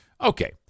Okay